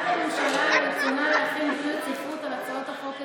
הודעת הממשלה על רצונה להחיל רציפות על הצעות החוק כדלקמן: